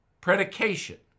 predication